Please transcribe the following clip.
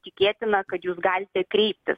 tikėtina kad jūs galite kreiptis